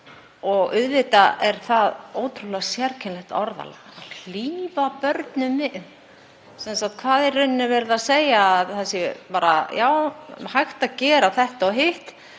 og auðvitað er það ótrúlega sérkennilegt orðalag; að hlífa börnum við. Hvað er í rauninni verið að segja? Það sé hægt að gera þetta og hitt